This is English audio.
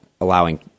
allowing